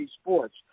sports